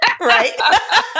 Right